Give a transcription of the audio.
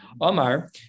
Omar